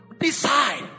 decide